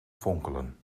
fonkelen